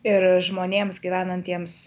ir žmonėms gyvenantiems